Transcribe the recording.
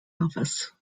office